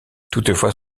toutefois